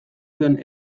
zen